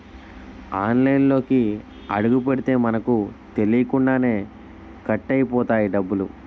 ఆన్లైన్లోకి అడుగుపెడితే మనకు తెలియకుండానే కట్ అయిపోతాయి డబ్బులు